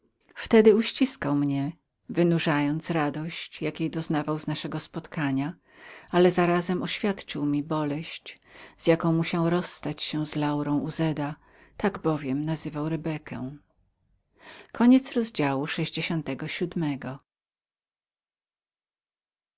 wtedy uściskał mnie wynurzając radość jakiej doznawał z mego spotkania ale zarazem oświadczył mi boleść z jaką musiał rozstać się z laurą uzeda tak bowiem nazywał rebekę